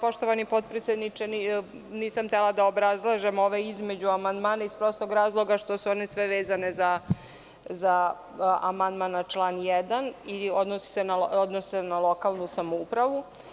Poštovani podpredsedniče, nisam htela da obrazlažem ove između amandmane, iz prostog razloga što su one sve vezane za amandman na član 1. i odnose se na lokalnu samoupravu.